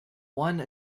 one